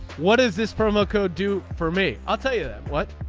what is this promo code do for me. i'll tell you what.